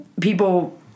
people